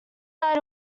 died